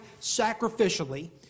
sacrificially